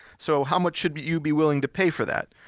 so how much should you be willing to pay for that?